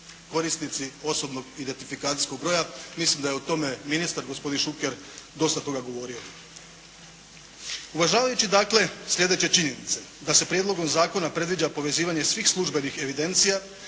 korisnici osobnog identifikacijskog broja. Mislim da je o tome ministar, gospodin Šuker dosta toga govorio. Uvažavajući, dakle slijedeće činjenice da se prijedlogom zakona predviđa povezivanje svih službenih evidencija